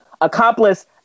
accomplice